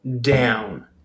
down